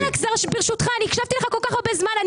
רגע, אלכס, ברשותך, הקשבתי לך כל כך הרבה זמן.